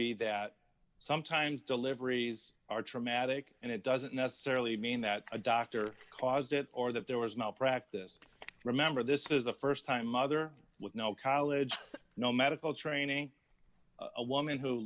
be that sometimes deliveries are traumatic and it doesn't necessarily mean that a doctor caused it or that there was no practice remember this is a st time mother with no college no medical training a woman who